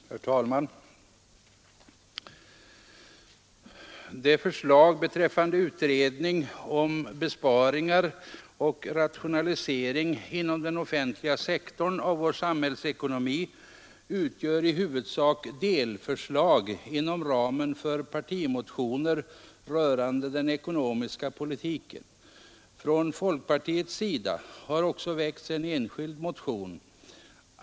Herr talman! De förslag beträffande utredning om besparingar och rationalisering inom den offentliga sektorn av vår samhällsekonomi som nu behandlas utgör i huvudsak delförslag inom ramen för partimotioner rörande den ekonomiska politiken. Från folkpartiets sida har också väckts en enskild motion.